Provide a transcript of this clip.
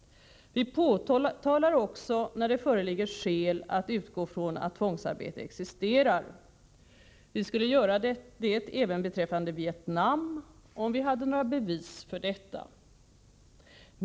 Vi påtalar också när det föreligger skäl att utgå från att tvångsarbete existerar. Vi skulle göra det även beträffande Vietnam, om vi hade några bevis för detta.